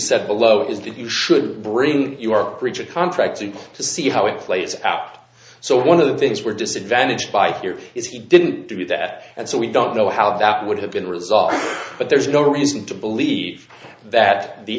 said below is that you should bring your breach of contract in place to see how it plays out so one of the things we're disadvantaged by here is he didn't do that and so we don't know how that would have been resolved but there's no reason to believe that the